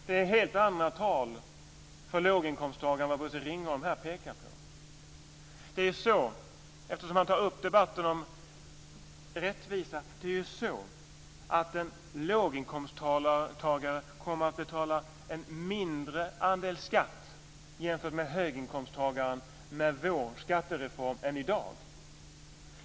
Det är helt andra tal för låginkomsttagarna än dem som Bosse Ringholm här pekar på. Eftersom han tar upp debatten om rättvisa kan jag säga att en låginkomsttagare kommer att betala en mindre andel skatt jämfört med höginkomsttagaren med vår skattereform än i dag.